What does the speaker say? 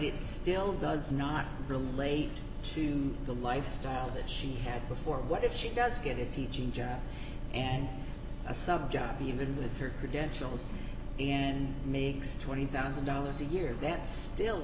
it still does not relate to the lifestyle that she had before what if she does get a teaching job and a sub job even with her credentials and makes twenty thousand dollars a year that still